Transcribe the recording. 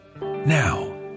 Now